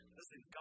Listen